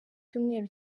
cyumweru